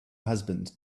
husband